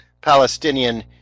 Palestinian